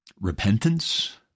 repentance